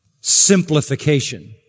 simplification